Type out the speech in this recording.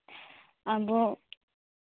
ᱟᱵᱚ